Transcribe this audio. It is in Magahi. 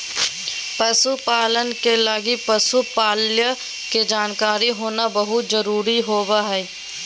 पशु पालन के लगी पशु पालय के जानकारी होना बहुत जरूरी होबा हइ